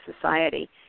society